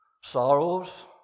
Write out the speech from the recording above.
Sorrows